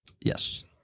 Yes